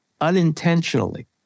unintentionally